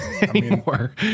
anymore